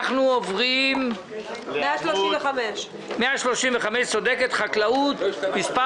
בעמוד 135, פנייה מס'